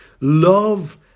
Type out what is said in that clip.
love